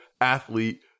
athlete